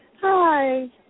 Hi